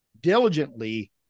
diligently